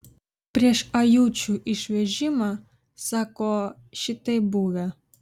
prieš ajučių išvežimą sako šitaip buvę